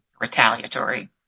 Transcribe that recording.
retaliatory